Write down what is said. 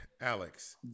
Alex